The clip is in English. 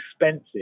expensive